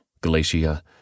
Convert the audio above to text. Galatia